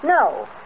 No